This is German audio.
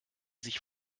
sich